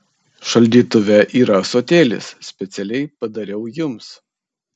šaldytuve yra ąsotėlis specialiai padariau jums